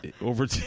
over